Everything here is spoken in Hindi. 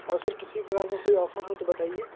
और सर किसी भी प्रकार का कोई ऑफर हो तो बताइए